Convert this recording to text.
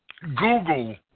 Google